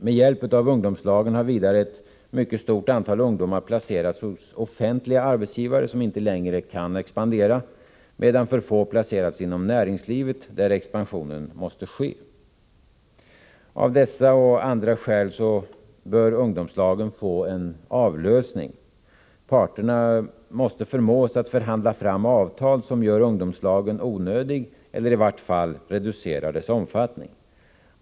Med hjälp av ungdomslagen har vidare ett mycket stort antal ungdomar placerats hos offentliga arbetsgivare, som inte längre kan expandera, medan för få har placerats inom näringslivet, där expansionen måste ske. Av dessa och andra skäl bör ungdomslagen få en avlösning. Parterna måste förmås att förhandla fram avtal, som gör ungdomslagen onödig eller i varje fall reducerar dess omfattning.